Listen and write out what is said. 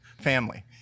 family